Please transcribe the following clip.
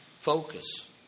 focus